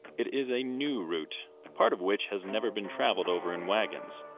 it is a new route, a part of which has never been traveled over in wagons.